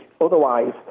Otherwise